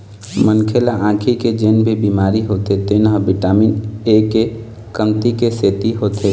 मनखे ल आँखी के जेन भी बिमारी होथे तेन ह बिटामिन ए के कमती के सेती होथे